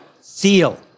seal